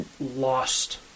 lost